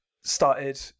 started